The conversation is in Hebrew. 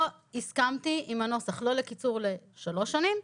לא, לא הסכמתי עם הנוסח, לא לקיצור לשלוש שנים.